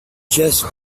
just